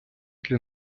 для